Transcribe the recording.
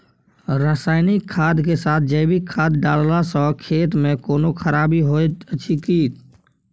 रसायनिक खाद के साथ जैविक खाद डालला सॅ खेत मे कोनो खराबी होयत अछि कीट?